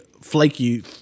flaky